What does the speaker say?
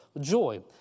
joy